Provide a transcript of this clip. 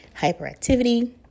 hyperactivity